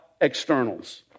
externals